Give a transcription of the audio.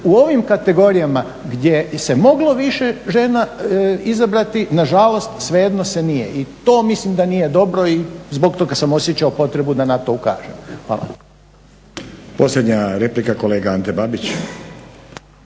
u ovim kategorijama gdje se i moglo više žena izabrati nažalost svejedno se nije i to mislim da nije dobro i zbog toga sam osjećao potrebu da na to ukažem. Hvala. **Stazić, Nenad